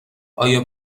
آیا